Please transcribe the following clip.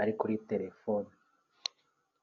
ari kuri telefone.